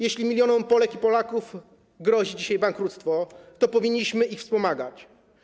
Jeśli milionom Polek i Polaków grozi dzisiaj bankructwo, to powinniśmy ich wspomagać.